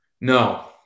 No